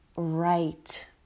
right